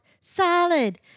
Solid